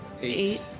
eight